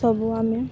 ସବୁ ଆମେ